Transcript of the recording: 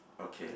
okay